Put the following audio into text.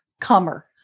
comer